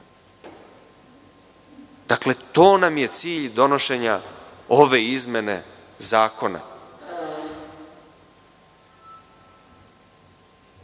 to nam je cilj donošenja ove izmene zakona.